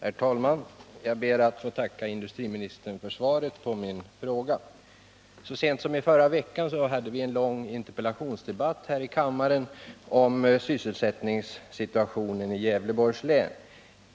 Herr talman! Jag ber att få tacka industriministern för svaret på min fråga. Så sent som i förra veckan hade vi en lång interpellationsdebatt här i kammaren om sysselsättningssituationen i Gävleborgs län.